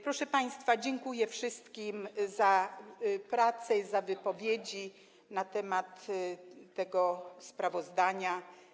Proszę państwa, dziękuję wszystkim za pracę i za wypowiedzi na temat tego sprawozdania.